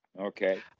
Okay